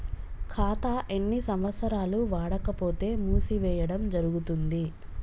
ఖాతా ఎన్ని సంవత్సరాలు వాడకపోతే మూసివేయడం జరుగుతుంది?